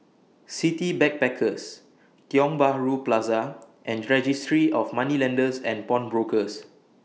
City Backpackers Tiong Bahru Plaza and Registry of Moneylenders and Pawnbrokers